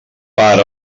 per